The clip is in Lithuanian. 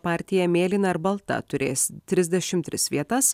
partija mėlyna ir balta turės trisdešimt tris vietas